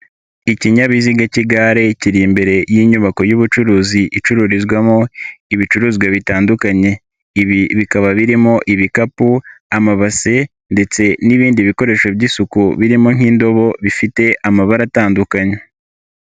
Ikinyabiziga k'igare kiri imbere y'inyubako y'ubucuruzi icururizwamo ibicuruzwa bitandukanye. Ibi bikaba birimo ibikapu, amabase ndetse n'ibindi bikoresho by'isuku birimo nk'indobo bifite amabara atandukanye.